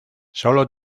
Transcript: sólo